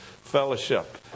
fellowship